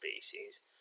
species